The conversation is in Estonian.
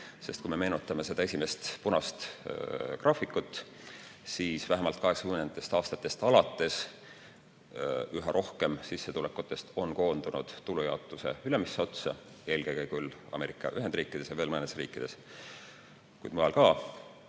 sest kui me meenutame esimest punase joonega graafikut, siis vähemalt 1980. aastatest alates üha rohkem sissetulekutest on koondunud tulujaotuse ülemisse otsa, eelkõige küll Ameerika Ühendriikides ja veel mõnes riigis, kuid mujal ka,